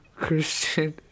Christian